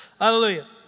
Hallelujah